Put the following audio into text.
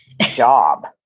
job